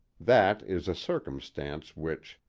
that is a circumstance which,